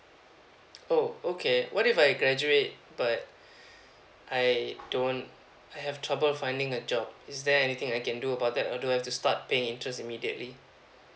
oh okay what if I graduate but I don't I have trouble finding a job is there anything I can do about that or I have to start paying interest immediately